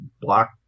block